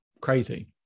crazy